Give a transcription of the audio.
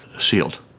sealed